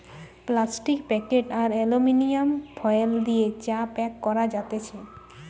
plastic packet আর aluminium foil দিয়ে চা প্যাক করা যাতেছে